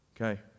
Okay